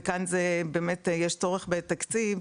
וכאן יש צורך בתקציב,